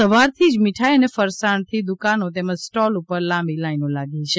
સવારથી મીઠાઇ અને ફરસાણથી દુકાનો તેમજ સ્ટોલ ઉપર લાંબી લાઇનો લાગી છે